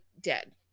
dead